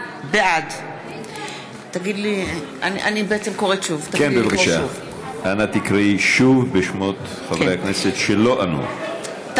בעד אנא תקראי שוב בשמות חברי הכנסת שלא ענו.